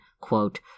quote